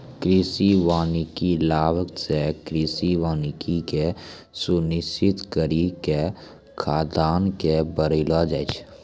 कृषि वानिकी लाभ से कृषि वानिकी के सुनिश्रित करी के खाद्यान्न के बड़ैलो जाय छै